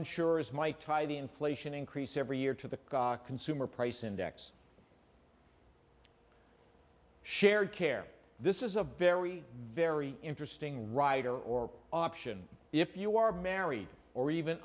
insurers might tie the inflation increase every year to the consumer price index shared care this is a very very interesting rider or option if you are married or even